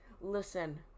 listen